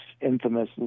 infamous